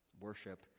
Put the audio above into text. Worship